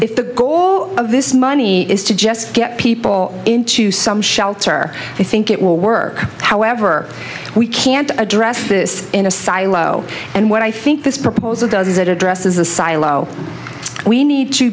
if the goal of this money is to just get people into some shelter i think it will work however we can't address this in a silo and what i think this proposal does is it addresses the silo we need to